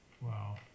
Wow